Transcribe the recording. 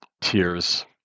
tears